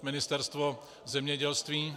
Ministerstvo zemědělství...